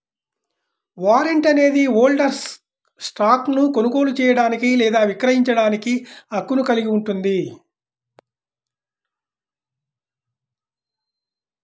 warrant అనేది హోల్డర్కు స్టాక్ను కొనుగోలు చేయడానికి లేదా విక్రయించడానికి హక్కును కలిగి ఉంటుంది